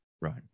Right